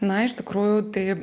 na iš tikrųjų tai